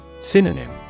Synonym